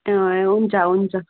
अँ हुन्छ हुन्छ